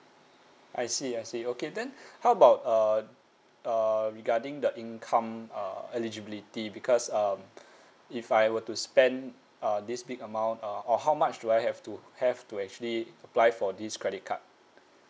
I see I see okay then how about uh uh regarding the income uh eligibility because um if I were to spend uh this big amount uh or how much do I have to have to actually apply for this credit card